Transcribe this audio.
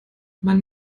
man